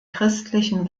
christlichen